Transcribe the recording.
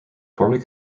formed